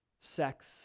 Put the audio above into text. sex